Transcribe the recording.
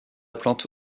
plante